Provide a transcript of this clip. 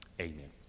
Amen